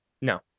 No